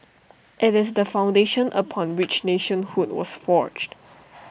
IT is the foundation upon which nationhood was forged